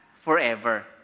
forever